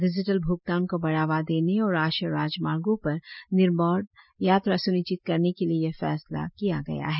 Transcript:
digital भ्गतान को बढ़ावा देने और राष्ट्रीय राजमार्गों पर निर्बाध यात्रा सुनिश्चित करने के लिए यह फैसला किया गया है